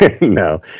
No